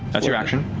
that's your action.